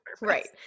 Right